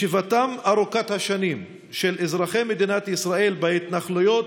ישיבתם ארוכת השנים של אזרחי מדינת ישראל בהתנחלויות